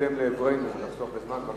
מתקדם לעברנו כדי לחסוך בזמן.